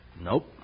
Nope